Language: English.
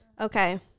Okay